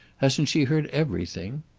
hasn't she heard everything?